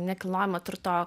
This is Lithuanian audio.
nekilnojamo turto